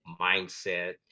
mindset